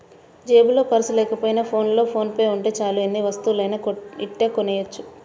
జేబులో పర్సు లేకపోయినా ఫోన్లో ఫోన్ పే ఉంటే చాలు ఎన్ని వస్తువులనైనా ఇట్టే కొనెయ్యొచ్చు